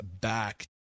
back